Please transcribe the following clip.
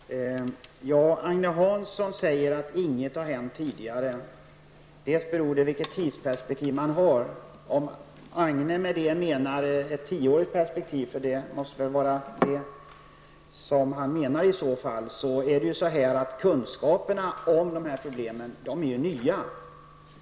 Fru talman! Agne Hansson sade att det inte har hänt någonting tidigare. Det beror på vilket tidsperspektiv man har. Om Agne Hansson avser ett tioårigt perspektiv -- och jag antar att han har ett sådant perspektiv -- vill jag bara säga att kunskapen om dessa problem är ju nya.